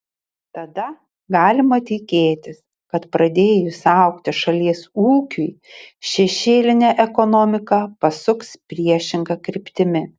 tada galima tikėtis kad pradėjus augti šalies ūkiui šešėlinė ekonomika pasuks priešinga kryptimi